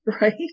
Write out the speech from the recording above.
Right